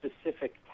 specific